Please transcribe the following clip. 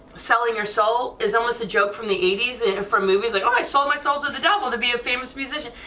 selling your soul is almost a joke from the eighties, and for movies like i sold my soul to the devil to be a famous musician,